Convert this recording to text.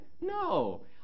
no